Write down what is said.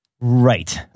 Right